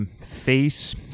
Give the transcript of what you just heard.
face